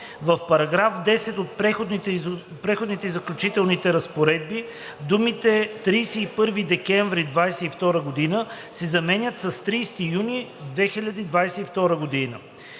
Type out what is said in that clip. в § 10 от преходните и заключителните разпоредби думите „31 декември 2022 г.“ се заменят с „30 юни 2022 г.“.“